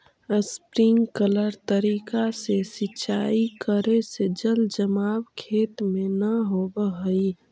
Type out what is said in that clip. sprinkler तरीका से सिंचाई करे से जल जमाव खेत में न होवऽ हइ